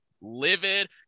livid